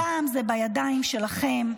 הפעם זה בידיים שלכם.